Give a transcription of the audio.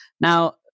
Now